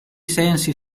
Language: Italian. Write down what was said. sensi